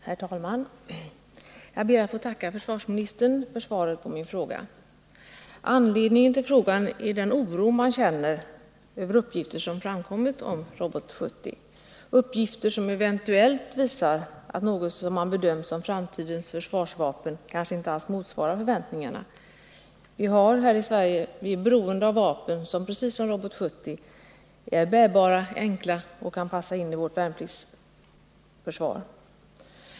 Herr talman! Jag ber att få tacka försvarsministern för svaret på min fråga. Anledningen till frågan är den oro som man känner över uppgifter som framkommit om robot 70, uppgifter som eventuellt visar att något som man har bedömt som framtidens försvarsvapen inte alls motsvarar förväntningarna. I Sverige är vi beroende av vapen som precis som robot 70 är bärbara, enkla och kan passa in i vårt värnpliktsförsvar.